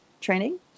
training